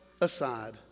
aside